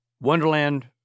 Wonderland